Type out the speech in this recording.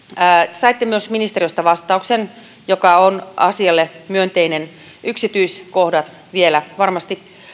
saitte myös ministeriöstä vastauksen joka on asialle myönteinen yksityiskohdat vielä varmasti